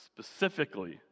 specifically